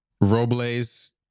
Robles